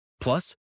Plus